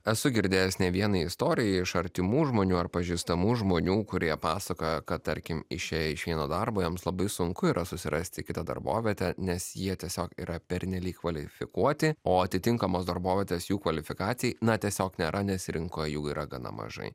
esu girdėjęs ne vieną istoriją iš artimų žmonių ar pažįstamų žmonių kurie pasakojo kad tarkim išėję iš vieno darbo jiems labai sunku yra susirasti kitą darbovietę nes jie tiesiog yra pernelyg kvalifikuoti o atitinkamos darbovietės jų kvalifikacijai na tiesiog nėra nes rinkoj jų yra gana mažai